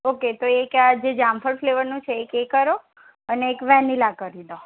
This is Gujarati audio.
ઓકે તો એક આજે જામફળ ફ્લેવરનું છે એ એક કરો અને એક વેનીલા કરી લો